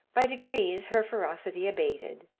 by degrees her ferocity abated,